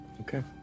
Okay